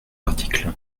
article